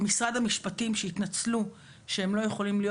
עם משרד המשפטים שהתנצלו שהם לא יכולים להיות